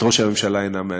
את ראש הממשלה אינם מעניינים.